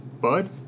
Bud